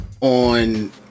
on